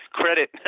credit